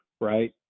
right